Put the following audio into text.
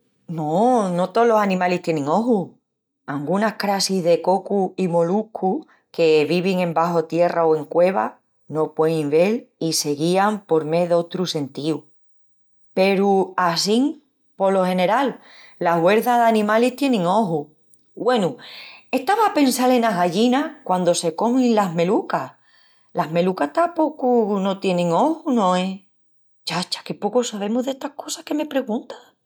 No, no tolos animalis tienin ojus. Angunas crassis de cocus i moluscus que vivin embaxu tierra o en cuevas, no puein vel i se guían por mé d'otrus sentíus. Peru, assín, polo general la huerça d'animalis tienin ojus. Güenu, estava a pensal enas gallinas quandu se comin las melucas. Las melucas tapocu no tienin ojus, no es? Chacha, qué pocu sabemus d'estas cosas que me perguntas.